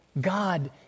God